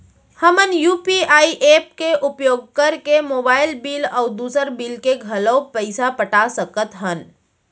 हमन UPI app के उपयोग करके मोबाइल बिल अऊ दुसर बिल के घलो पैसा पटा सकत हन